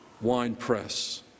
winepress